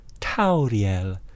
Tauriel